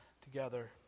together